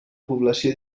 població